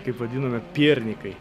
kaip vadinome piernikai